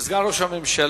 וסגן ראש הממשלה,